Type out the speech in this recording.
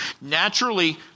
naturally